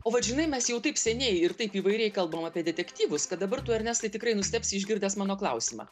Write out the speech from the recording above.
o vat žinai mes jau taip seniai ir taip įvairiai kalbam apie detektyvus kad dabar tu ernestai tikrai nustebsi išgirdęs mano klausimą